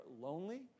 lonely